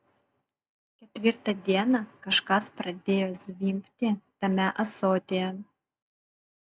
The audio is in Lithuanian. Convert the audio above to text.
ketvirtą dieną kažkas pradėjo zvimbti tame ąsotyje